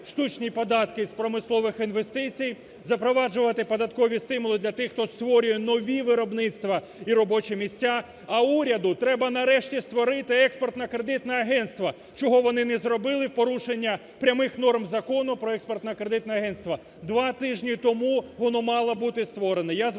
штучні податки з промислових інвестицій, запроваджувати податкові стимули для тих, хто створює нові виробництва і робочі. А уряду треба, нарешті, створити експортно-кредитне агентство, чого вони не зробили в порушення прямих норм Закону про експортно-кредитне агентство, два тижні тому воно мало бути створено.